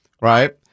right